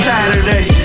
Saturday